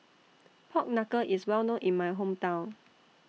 Pork Knuckle IS Well known in My Hometown